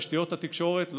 תשתיות התקשורת,